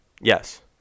Yes